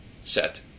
set